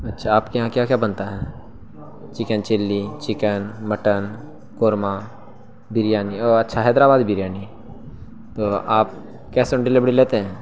اچھا آپ کے یہاں کیا کیا بنتا ہے chicken chilli chicken mutton korma biryani او اچھا حیدر آبادی بریانی تو آپ کیس آن ڈلیوری لیتے ہیں